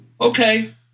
okay